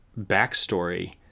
backstory